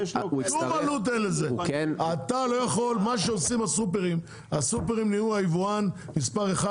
הסופרים נהיו היבואן מספר 1